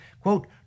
quote